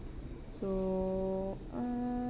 so uh